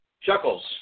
Chuckles